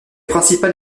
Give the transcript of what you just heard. principal